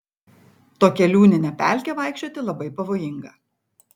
tokia liūnine pelke vaikščioti labai pavojinga